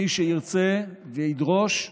מי שירצה וידרוש,